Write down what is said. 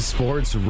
Sports